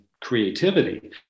creativity